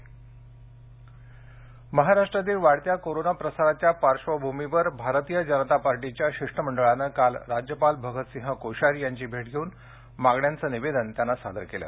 भाजपा राज्यपाल भेट महाराष्ट्रातील वाढत्या कोरोना प्रसाराच्या पार्श्वभूमीवर भारतीय जनता पार्टीच्या शिष्टमंडळानं काल राज्यपाल भगतसिंह कोश्यारी यांची भेट घेऊन मागण्यांच निवेदन सादर केलं